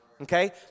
Okay